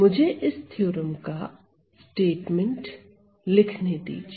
मुझे इस थ्योरम का स्टेटमेंट लिखने दीजिए